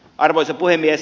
arvoisa puhemies